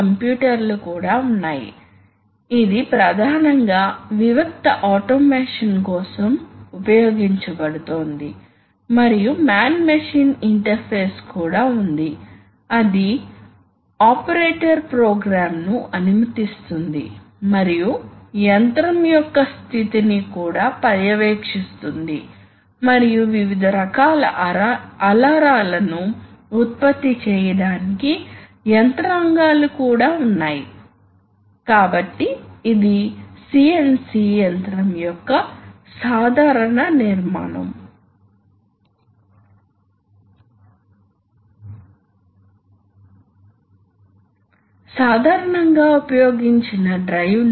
కాబట్టి కొన్నిసార్లు మీరు చేయవచ్చు ప్రాథమికంగా మీరు రెండు సిలిండర్స్ ఇలాగే ఉంచారు మీకు ఒక సాధారణ రాడ్ ఉంది కానీ మీకు రెండు వేర్వేరు సిలిండర్స్ ఉన్నాయి కాబట్టి మీరు ఇక్కడ ప్రెషర్ ని వర్తింపజేయండి మరియు ఇక్కడ ఎగ్జాస్ట్ చేయండి కాబట్టి ఈ ఉపరితలంపై కొంత ఫోర్స్ అభివృద్ధి చెందుతుంది ఈ ఉపరితలంపై కొంత ఫోర్స్ F ను అభివృద్ధి చేస్తుంది కాబట్టి దీనిపై మొత్తం ఫోర్స్ 2F కాబట్టి వాస్తవానికి రెండు సిలిండర్స్ సమిష్టిగా ఉంచబడతాయి అదేవిధంగా మీరు టెలిస్కోపిక్ సిలిండర్స్ కలిగి ఉండవచ్చు మీకు పెద్ద స్ట్రోక్ లెంగ్త్స్ ఉండవచ్చు కాబట్టి ఇలాంటివి చాలా ఉన్నాయి మనము వాటిని చాలా వివరంగా చూడము